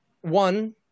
one